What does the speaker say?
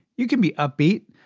you can be upbeat.